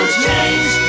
change